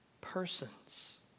persons